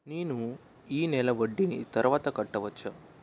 నేను ఈ నెల వడ్డీని తర్వాత కట్టచా?